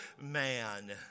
man